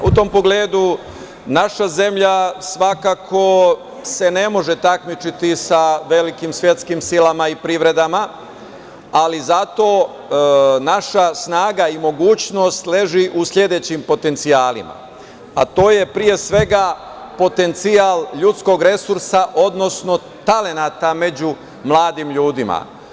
U tom pogledu naša zemlja svakako se ne može takmičiti sa velikim svetskim silama i privredama, ali zato naša snaga i mogućnost leži u sledećim potencijalima, a to je pre svega potencijal ljudskog resursa, odnosno talenata među mladim ljudima.